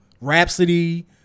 rhapsody